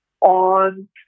on